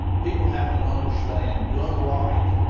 people have to understand, done right,